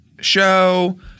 show